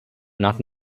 not